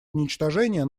уничтожения